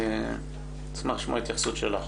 אני מאוד מופתעת לשמוע את הטוטו,